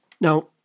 Now